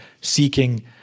seeking